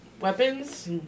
weapons